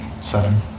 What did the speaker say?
Seven